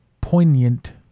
poignant